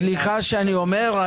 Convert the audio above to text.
סליחה שאני אומר,